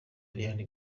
ariana